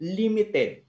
limited